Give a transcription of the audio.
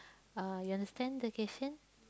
uh you understand the question